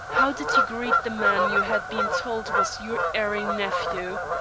how did you greet the man you had been told was your erring nephew?